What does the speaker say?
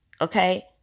okay